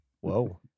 Whoa